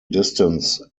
distance